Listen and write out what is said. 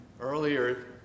Earlier